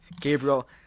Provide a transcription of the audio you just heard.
Gabriel